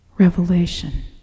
revelation